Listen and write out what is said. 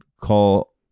call